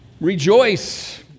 Rejoice